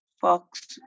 Fox